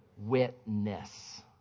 Witness